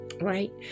right